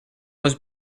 was